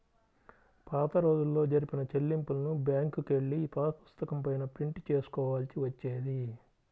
పాతరోజుల్లో జరిపిన చెల్లింపులను బ్యేంకుకెళ్ళి పాసుపుస్తకం పైన ప్రింట్ చేసుకోవాల్సి వచ్చేది